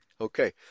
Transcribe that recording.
Okay